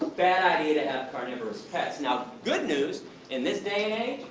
bad idea to have carnivorous pets. now, good news in this day